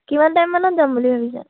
কিমান টাইমমানত যাম বুলি ভাবিছা